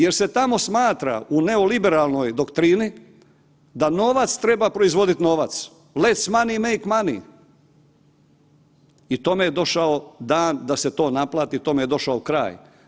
Jer se tamo smatra u neoliberalnoj doktrini da novac treba proizvodit novac, lex money make money i tome je došao dan da se to naplati, tome je došao kraj.